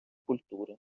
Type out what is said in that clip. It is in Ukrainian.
культури